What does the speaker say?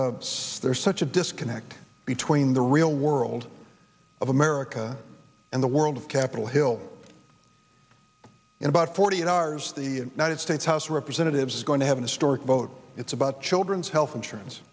that there's such a disconnect between the real world of america and the world of capitol hill in about forty eight hours the united states house of representatives is going to have a story vote it's about children's health insurance